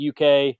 UK